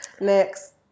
Next